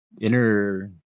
inner